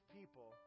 people